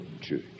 church